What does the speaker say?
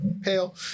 pale